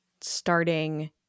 starting